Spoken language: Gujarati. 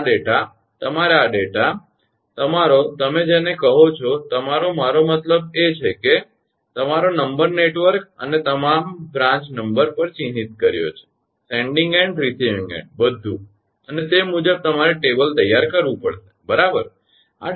આ ડેટા તમારે આ ડેટા તમારો તમે જેને કહો છો તમારે મારો મતલબ છે કે તમારો નંબર નેટવર્ક અને તમામ બ્રાંચ નંબર પર ચિહ્નિત કર્યો છે સેન્ડીંગ એન્ડ રિસીવીંગ એન્ડ બધું અને તે મુજબ તમારે ટેબલ તૈયાર કરવું પડશે બરાબર